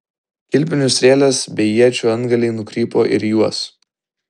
kilpinių strėlės bei iečių antgaliai nukrypo ir į juos